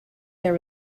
there